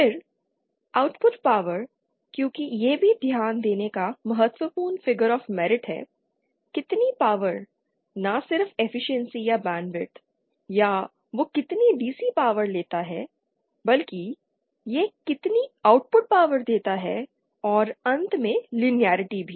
फिर output power क्योंकि यह भी ध्यान का एक महत्वपूर्ण फिगर ऑफ़ मेरिट है कितनी पावर ना सिर्फ एफिशिएंसी या बैंडविड्थ या वो कितनी DC पावर लेता है बल्कि यह कितनी आउटपुट पावर देता है और अंत में लिनारिटी भी